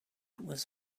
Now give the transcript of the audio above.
was